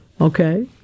Okay